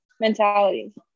mentality